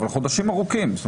אבל עברו חודשים ארוכים.